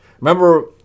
Remember